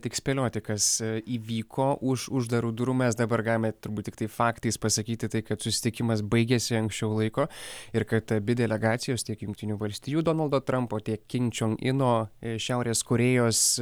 tik spėlioti kas įvyko už uždarų durų mes dabar galime turbūt tiktai faktais pasakyti tai kad susitikimas baigėsi anksčiau laiko ir kad abi delegacijos tiek jungtinių valstijų donaldo trampo tiek kim čion ino iš šiaurės korėjos